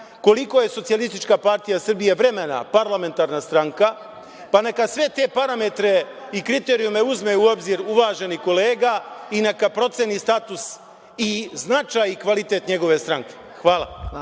koliko je SPS vremena parlamentarna stranka, pa neka sve te parametre i kriterijume uzme u obzir uvaženi kolega i neka proceni status i značaj i kvalitet njegove stranke. Hvala.